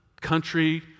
country